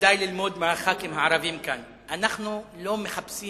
כדאי ללמוד מחברי הכנסת הערבים כאן: אנחנו לא מחפשים